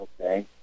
Okay